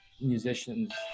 musicians